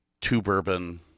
two-bourbon